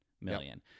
million